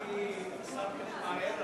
כי השר פלד מעלה,